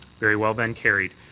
very well then. carried.